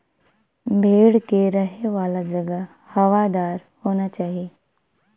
भेड़ के रहे वाला जगह हवादार होना चाही